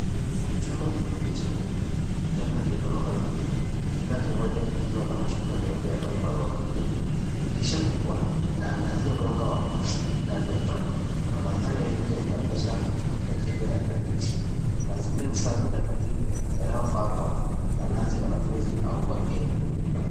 Chumba kidogo chenye vitanda vya ghorofa viwili, kila kimoja kikiwa na mashuka meupe yaliyopangwa vizuri. Dirisha kubwa linaangazia mwanga wa asili ndani ya chumba na mandhari ya nje inaonyesha majengo na miti. Mazingira ni safi na tulivu, yanayofaa kwa malazi ya wanafunzi au wageni.